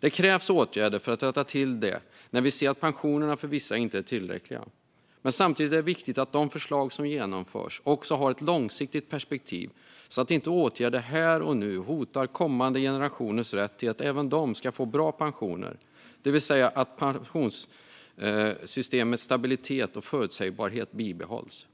Det krävs åtgärder för att rätta till det när vi ser att pensionerna för vissa inte är tillräckliga. Samtidigt är det dock viktigt att de förslag som genomförs också har ett långsiktigt perspektiv, så att inte åtgärder här och nu hotar kommande generationers rätt att också få bra pensioner, det vill säga att pensionssystemets stabilitet och förutsägbarhet bibehålls.